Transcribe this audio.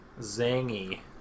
Zangy